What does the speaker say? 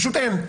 פשוט אין.